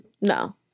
No